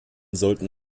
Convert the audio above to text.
sollten